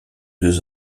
deux